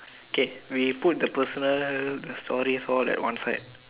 K we put the personal the story for that one side